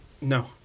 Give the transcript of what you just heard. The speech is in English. No